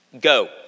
Go